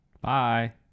Bye